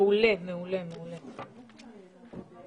מעולה, מעולה, מעולה.